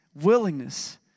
willingness